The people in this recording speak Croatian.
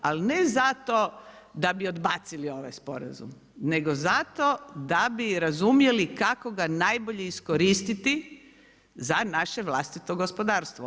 Ali ne zato da bi odbacili ovaj sporazum, nego zato da bi razumjeli kako ga najbolje iskoristiti za naše vlastito gospodarstvo.